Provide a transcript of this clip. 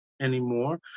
anymore